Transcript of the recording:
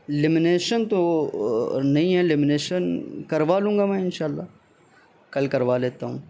lamination تو نہیں ہے لیمنیشن کروا لوں گا میں ان شاء اللہ کل کروا لیتا ہوں